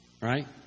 Right